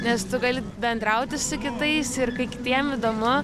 nes tu gali bendrauti su kitais ir kai kitiem įdomu